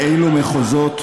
לאילו מחוזות,